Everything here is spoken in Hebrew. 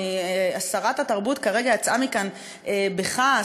שרת התרבות כרגע יצאה מכאן בכעס,